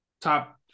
top